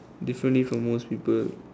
differently from most people